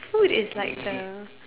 food is like the